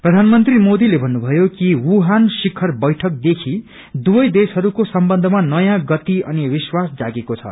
प्रधानमन्त्री मोदीले भन्नुभयो कि वुहान शिखर वैठकदेखिइ दुवै देशहरूको सम्बन्धमा नयाँ गति अनि विश्वास जागेको छ